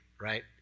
right